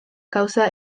kausa